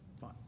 Fine